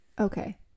okay